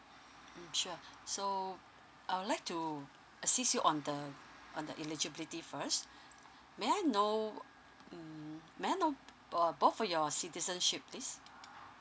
mm sure so I would like to assist you on the on the eligibility first may I know mm may I know uh both for your citizenship please